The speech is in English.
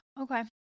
Okay